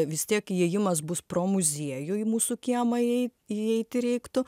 vis tiek įėjimas bus pro muziejų į mūsų kiemą jai įeiti reiktų